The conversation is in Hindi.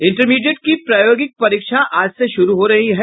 इंटरमीडिएट की प्रायोगिक परीक्षा आज से शुरू हो रही है